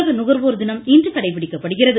உலக நுகர்வோர் தினம் இன்று கடைபிடிக்கப்படுகிறது